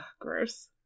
Gross